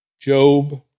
Job